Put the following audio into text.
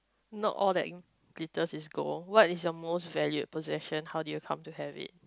not all that glitters is gold what is your most valued possession how did you come to have it